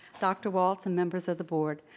dr. waltz and members of the board,